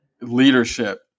leadership